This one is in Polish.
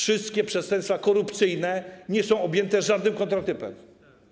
Żadne przestępstwa korupcyjne nie są objęte żadnym kontratypem.